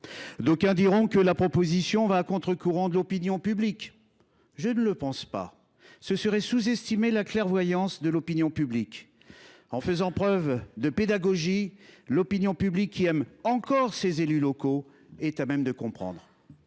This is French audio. D’aucuns diront que cette proposition va à contre courant de l’opinion publique. Je ne le pense pas. Ce serait sous estimer la clairvoyance de celle ci. En faisant preuve de pédagogie, l’opinion publique, qui aime encore ses élus locaux, est à même de comprendre.